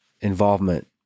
involvement